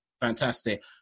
fantastic